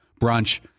brunch